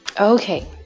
Okay